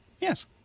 Yes